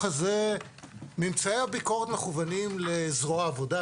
הזה ממצאי הביקורת מכוונים לזרוע העבודה,